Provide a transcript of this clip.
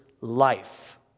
life